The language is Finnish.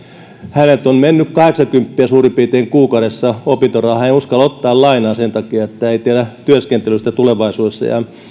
häneltä on mennyt suurin piirtein kahdeksankymppiä kuukaudessa opintorahaa hän ei uskalla ottaa lainaa sen takia kun ei tiedä työskentelystä tulevaisuudessa